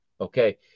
Okay